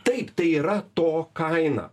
taip tai yra to kaina